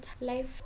life